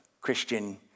Christian